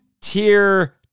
tier